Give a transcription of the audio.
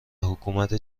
حکومت